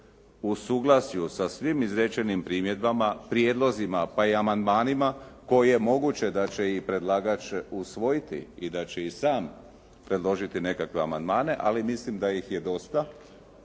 u suglasju sa svim izrečenim primjedbama, prijedlozima pa i amandmanima koje moguće da će i predlagač usvojiti i da će i sam predložiti nekakve amandmane, ali mislim da ih je dosta